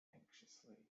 anxiously